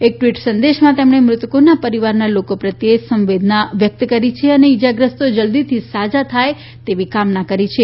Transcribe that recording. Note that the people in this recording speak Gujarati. એક ટ્વીટ સંદેશમાં તેમણે મૃતકોના પરિવારના લોકો પ્રત્યે સંવેદના વ્યક્ત કરી અને ઇજાગ્રસ્તો જલદીથી સાજા થવાની કામના કરી છે